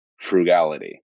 frugality